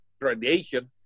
radiation